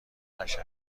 قشنگ